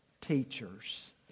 teachers